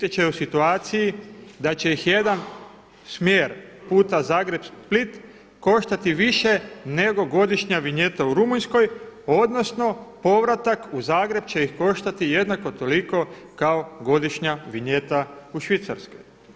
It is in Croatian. Također biti će u situaciji da će ih jedan smjer puta Zagreb – Split koštati više nego godišnja vinjeta u Rumunjskoj odnosno povratak u Zagreb će ih koštati jednako toliko kao godišnja vinjeta u Švicarskoj.